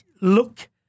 look